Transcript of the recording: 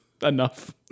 enough